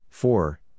Four